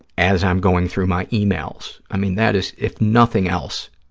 as i'm going through my yeah e-mails. i mean, that is, if nothing else,